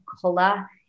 color